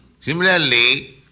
Similarly